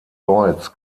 deutz